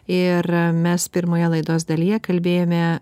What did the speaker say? ir mes pirmoje laidos dalyje kalbėjome